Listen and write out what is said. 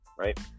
Right